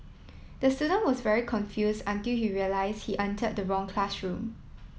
the student was very confuse until he realize he entered the wrong classroom